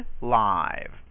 live